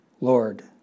Lord